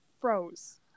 froze